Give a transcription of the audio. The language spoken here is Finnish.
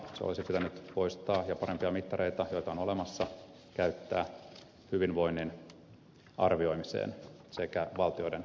se olisi pitänyt poistaa ja parempia mittareita joita on olemassa käyttää hyvinvoinnin sekä valtioiden taseen arvioimiseen